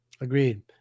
Agreed